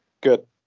Good